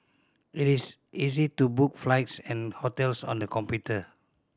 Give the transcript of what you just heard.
it is easy to book flights and hotels on the computer